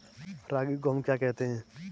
रागी को हम क्या कहते हैं?